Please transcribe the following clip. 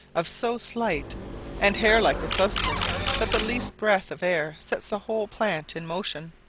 of so slight and hair-like a substance that the least breath of air sets the whole plant in motion.